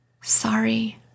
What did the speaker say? Sorry